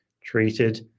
treated